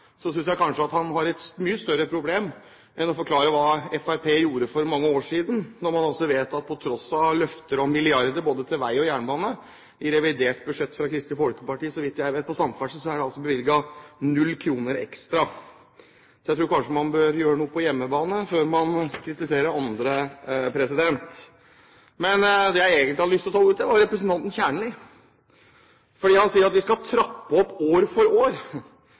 så vidt registrert hva han har sagt de siste fem–seks månedene, synes jeg kanskje at han har et mye større problem enn å forklare hva Fremskrittspartiet gjorde for mange år siden. På tross av løfter fra Kristelig Folkeparti om milliarder til både vei og jernbane i forbindelse med revidert budsjett, er det så vidt jeg vet, på samferdsel bevilget null kroner ekstra. Så jeg tror kanskje man bør gjøre noe på hjemmebane før man kritiserer andre. Jeg hadde egentlig lyst til å ta ordet fordi representanten Kjernli sier at vi skal trappe opp år for år.